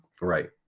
Right